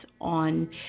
on